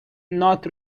not